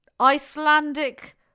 Icelandic